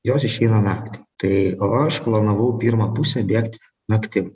jos išeina naktį tai o aš planavau pirmą pusę bėgti naktim